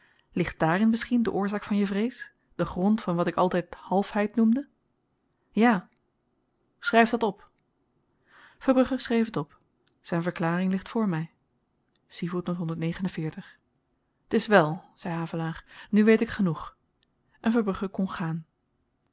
ligt dààrin misschien de oorzaak van je vrees de grond van wat ik altyd halfheid noemde ja schryf dat op verbrugge schreef het op zyn verklaring ligt voor my t is wèl zei havelaar nu weet ik genoeg en verbrugge kon gaan